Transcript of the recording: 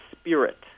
spirit